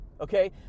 Okay